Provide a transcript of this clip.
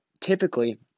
typically